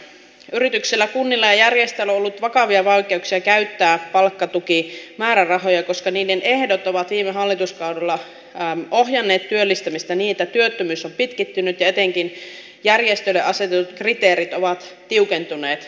yrityksillä kunnilla ja järjestöillä on ollut vakavia vaikeuksia käyttää palkkatukimäärärahoja koska niiden ehdot ovat viime hallituskaudella ohjanneet työllistämistä niin että työttömyys on pitkittynyt ja etenkin järjestöille asetetut kriteerit ovat tiukentuneet